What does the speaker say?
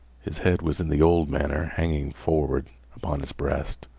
his head was in the old manner hanging forward upon his breast.